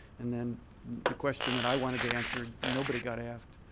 and then the question that i wanted to answer, nobody got asked.